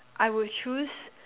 I will choose